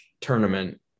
tournament